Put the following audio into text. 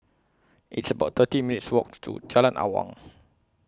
It's about thirty minutes' Walk to Jalan Awang